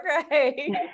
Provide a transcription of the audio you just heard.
Okay